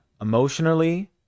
emotionally